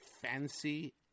fancy